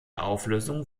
auflösung